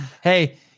Hey